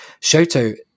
Shoto